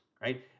right